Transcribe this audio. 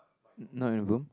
not in the room